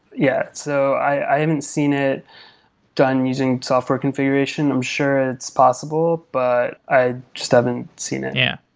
yeah so i haven't seen it done using software configuration. i'm sure it's possible, but i just haven't seen it. yeah.